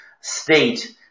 state